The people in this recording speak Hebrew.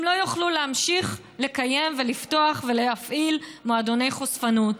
הם לא יוכלו להמשיך לקיים ולפתוח ולהפעיל מועדוני חשפנות.